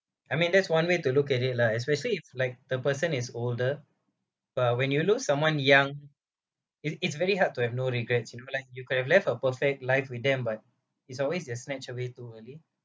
I mean that's one way to look at it lah especially is like the person is older but when you lose someone young it's it's very hard to have no regrets you know like you could have left a perfect life with them but it's always they're snatched away too early